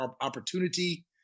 opportunity